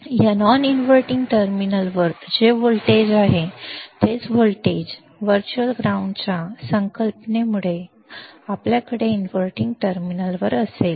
या non inverting टर्मिनलवर जे व्होल्टेज आहे तेच व्होल्टेज व्हर्च्युअल ग्राउंडच्या संकल्पनेमुळे आपल्याकडे इनव्हर्टिंग टर्मिनलवर असेल